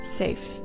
safe